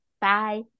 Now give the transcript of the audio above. bye